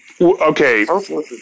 okay